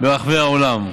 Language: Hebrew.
ברחבי העולם.